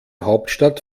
hauptstadt